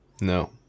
No